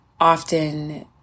often